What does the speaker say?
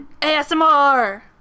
ASMR